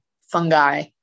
fungi